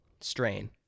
strain